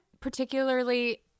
particularly